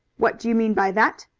what do you mean by that?